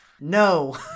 No